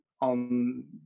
on